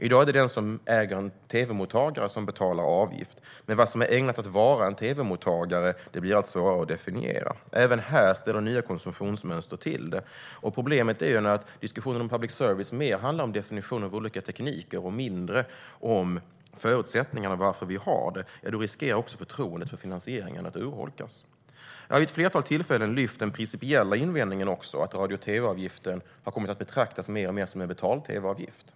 I dag är det den som äger en tv-mottagare som betalar avgift. Men vad som är ägnat att vara en tv-mottagare blir allt svårare att definiera. Även här ställer nya konsumtionsmönster till det. Problemet är: När diskussionen om public service mer handlar om definitionen av olika tekniker och mindre om förutsättningarna och varför vi har detta riskerar förtroendet för finansieringen att urholkas. Jag har vid ett flertal tillfällen lyft den principiella invändningen att radio och tv-avgiften har kommit att betraktas mer och mer som en betal-tv-avgift.